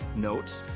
notes,